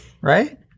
Right